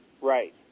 Right